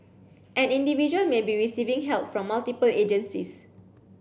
an individual may be receiving help from multiple agencies